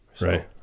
Right